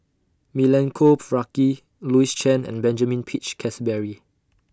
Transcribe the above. Milenko Prvacki Louis Chen and Benjamin Peach Keasberry